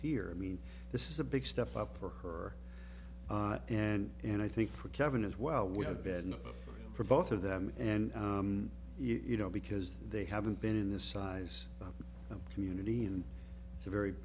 here i mean this is a big step up for her and and i think for kevin as well we have been for both of them and you know because they haven't been in the size of a community and it's a very